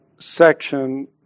section